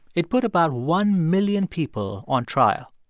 it put about one million people on trial.